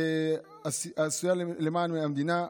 עשייה למען המדינה,